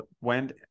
went